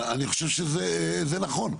אני חושב שזה נכון.